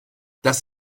das